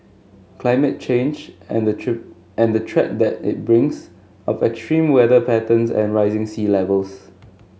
climate change and the cheat and the threat that it brings of extreme weather patterns and rising sea Levels